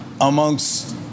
amongst